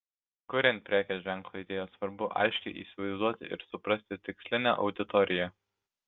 kuriant prekės ženklo idėją svarbu aiškiai įsivaizduoti ir suprasti tikslinę auditoriją